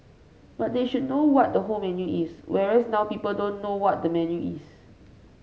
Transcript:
but they should know what the whole menu is whereas now people don't know what the menu is